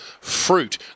fruit